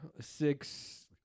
six